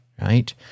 right